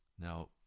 Now